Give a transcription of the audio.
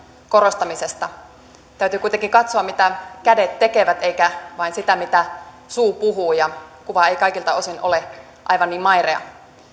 korostamisesta täytyy kuitenkin katsoa mitä kädet tekevät eikä vain sitä mitä suu puhuu ja kuva ei kaikilta osin ole aivan niin mairea